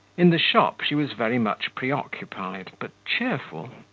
in the shop she was very much preoccupied, but cheerful.